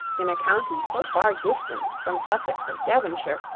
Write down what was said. in a county so far distant from sussex as devonshire,